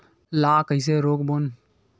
ला कइसे रोक बोन?